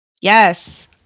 Yes